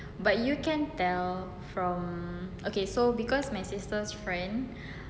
but you can tell from okay so because my sister friend